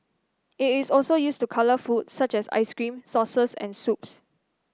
it is also used to colour food such as ice cream sauces and soups